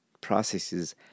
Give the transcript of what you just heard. processes